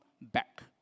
back